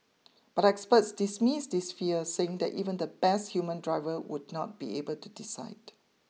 but experts dismiss this fear saying that even the best human driver would not be able to decide